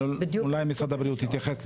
אבל אולי משרד הבריאות יתייחס לזה.